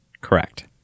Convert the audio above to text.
Correct